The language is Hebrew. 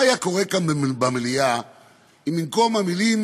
מה היה קורה כאן במליאה אם במקום המילים